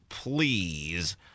please